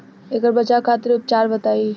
ऐकर बचाव खातिर उपचार बताई?